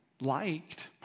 liked